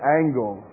angle